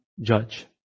judge